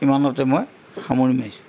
ইমানতে মই সামৰণি মাৰিছোঁ